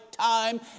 time